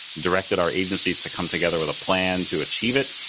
directed our agencies to come together with a plan to achieve it,